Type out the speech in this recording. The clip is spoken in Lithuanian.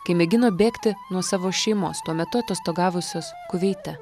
kai mėgino bėgti nuo savo šeimos tuo metu atostogavusios kuveite